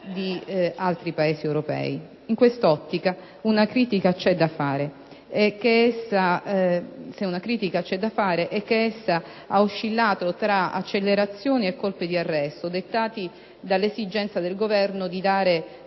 di altri Paesi europei. In quest'ottica, se una critica c'è da fare a tale riforma è che essa ha oscillato tra accelerazioni e colpi di arresto dettati dall'esigenza del Governo di dare